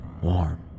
warm